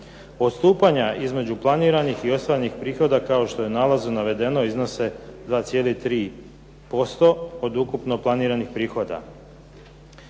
Postupanja između planiranih i ostvarenih prihoda kao što je u nalazu navedeno iznose 2,3% od ukupno planiranih prihoda.